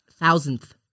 thousandth